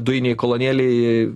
dujinėj kolonėlėj